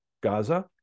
Gaza